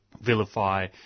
vilify